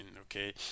okay